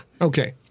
Okay